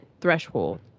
threshold